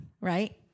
Right